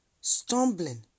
stumbling